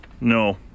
No